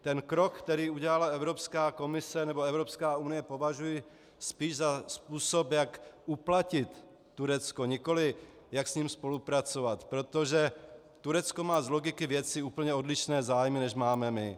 Ten krok, který udělala Evropská komise nebo Evropská unie, považuji spíš za způsob, jak uplatit Turecko, nikoli jak s ním spolupracovat, protože Turecko má z logiky věci úplně odlišné zájmy, než máme my.